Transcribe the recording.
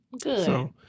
Good